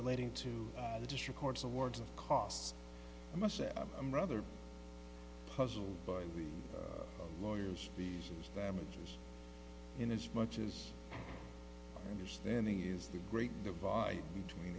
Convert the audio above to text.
relating to the district courts awards of costs i must say i'm rather puzzled by the lawyers fees and damages in as much as understanding is the great divide between